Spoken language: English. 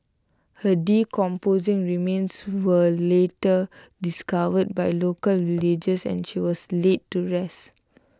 her decomposing remains were later discovered by local villagers and she was laid to rest